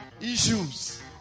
issues